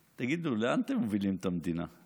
תגידו, לאן אתם מובילים את המדינה?